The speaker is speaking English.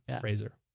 Fraser